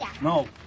No